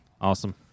Awesome